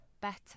better